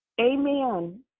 Amen